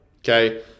Okay